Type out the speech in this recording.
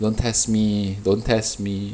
don't test me don't test me